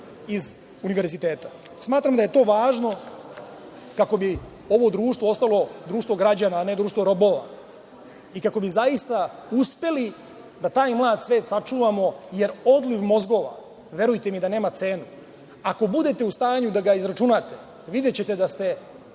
sa univerziteta. Smatram da je to važno kako bi ovo društvo ostalo društvo građana, a ne društvo robova i kako bi zaista uspeli da taj mladi svet sačuvamo jer odliv mozgova, verujte mi da nema cenu. Ako budete u stanju da ga izračunate, videćete da ste